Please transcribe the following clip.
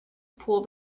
pull